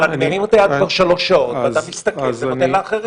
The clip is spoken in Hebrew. זה כבר שלוש שעות, ואתה מסתכל ונותן לאחרים.